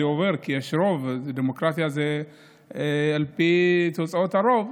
זה עובר כי יש רוב ודמוקרטיה זה על פי תוצאות הרוב,